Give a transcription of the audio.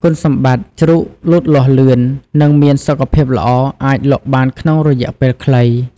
គុណសម្បត្តិ ជ្រូកលូតលាស់លឿន និងមានសុខភាពល្អអាចលក់បានក្នុងរយៈពេលខ្លី។